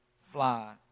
fly